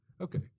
Okay